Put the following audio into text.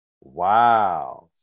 wow